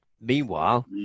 Meanwhile